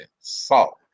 Salt